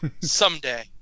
Someday